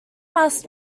must